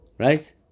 Right